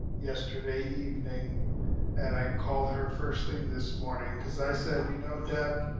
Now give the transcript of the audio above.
yesterday evening and i called her first thing this morning. cause i said, you know, deb,